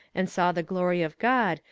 and saw the glory of god,